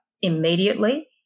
immediately